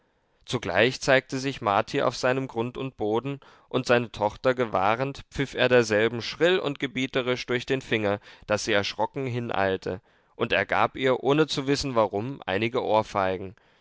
zugleich zeigte sich marti auf seinem grund und boden und seine tochter gewahrend pfiff er derselben schrill und gebieterisch durch den finger daß sie erschrocken hineilte und er gab ihr ohne zu wissen warum einige ohrfeigen